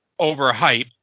overhype